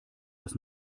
das